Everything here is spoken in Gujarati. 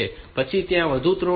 પછી ત્યાં વધુ ત્રણ પિન RST 5